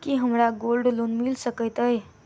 की हमरा gold loan मिल सकैत ये?